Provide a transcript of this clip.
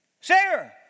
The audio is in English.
Sarah